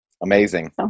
Amazing